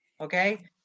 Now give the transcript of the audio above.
okay